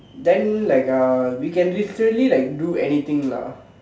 then like uh we can literally like do anything lah